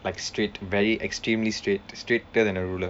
like straight very extremely straight straighter than a ruler